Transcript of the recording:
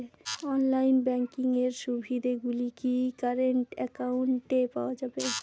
Online banking এর সুবিধে গুলি কি কারেন্ট অ্যাকাউন্টে পাওয়া যাবে?